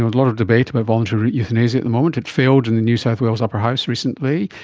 lot of debate about voluntary euthanasia at the moment. it failed in the new south wales upper house recently,